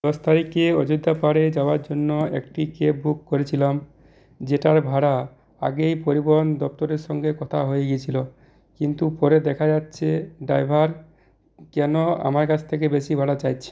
দশ তারিখে অযোধ্যা পাহাড়ে যাওয়ার জন্য একটি ক্যাব বুক করেছিলাম যেটার ভাড়া আগেই পরিবহন দপ্তরের সঙ্গে কথা হয়ে গেছিল কিন্তু পরে দেখা যাচ্ছে ড্রাইভার কেন আমার কাছ থেকে বেশি ভাড়া চাইছে